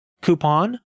coupon